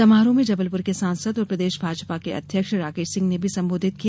समारोह में जबलपुर के सांसद और प्रदेश भाजपा के अध्यक्ष राकेश सिंह ने भी संबोधित किया